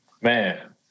Man